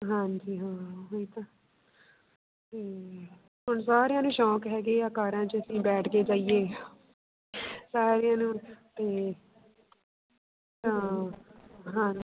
ਹਾਂਜੀ ਹਾਂ ਉਹੀ ਤਾਂ ਹੁਣ ਸਾਰਿਆਂ ਨੂੰ ਸ਼ੌਂਕ ਹੈਗੇ ਆ ਕਾਰਾਂ 'ਚ ਅਸੀਂ ਬੈਠ ਕੇ ਜਾਈਏ ਸਾਰਿਆਂ ਨੂੰ ਅਤੇ ਹਾਂ ਹਾਂ